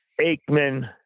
Aikman